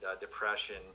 depression